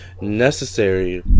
necessary